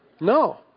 No